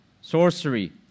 sorcery